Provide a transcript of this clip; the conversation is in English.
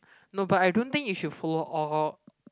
no but I don't think you should follow all all